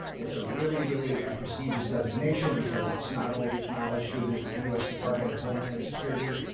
it's a really, really prestigious designation because it's not only acknowledged through the us department of homeland security,